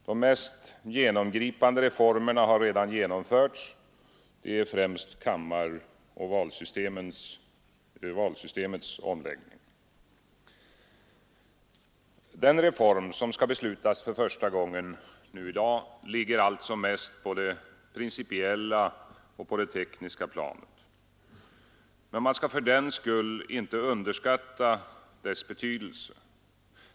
De mest genomgripande reformerna har redan genomförts, främst kammaroch valsystemens omläggning. Den reform som skall beslutas första gången i dag ligger alltså mest på det principiella och tekniska planet. Men man skall fördenskull inte underskatta dess betydelse.